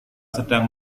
sedang